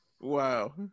Wow